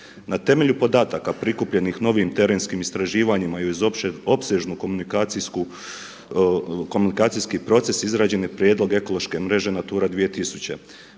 Na temelju podataka prikupljenim novim terenskim istraživanjima i uz opsežnu komunikacijski proces izrađen je prijedlog ekološke mreže Natura 2000.